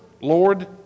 Lord